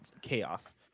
chaos